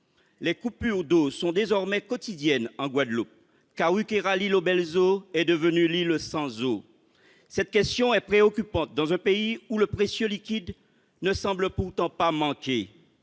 Les coupures d'eau sont désormais quotidiennes en Guadeloupe. Karukéra, l'île aux belles eaux, est devenue l'île sans eau ! Cette question est préoccupante dans un pays où le précieux liquide ne semble pourtant pas manquer.